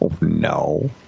no